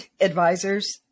advisors